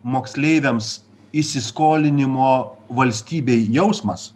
moksleiviams įsiskolinimo valstybei jausmas